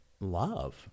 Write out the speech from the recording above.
love